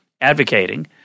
advocating